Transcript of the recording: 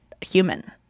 human